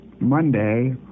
Monday